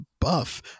buff